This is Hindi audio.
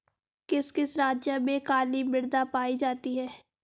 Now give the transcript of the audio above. किस किस राज्य में काली मृदा पाई जाती है?